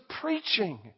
preaching